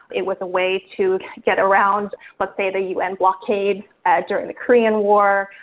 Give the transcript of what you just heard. it was a way to get around, let's say the un blockade during the korean war.